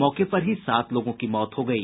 मौके पर ही सात लोगों की मौत हो गयी